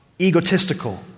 egotistical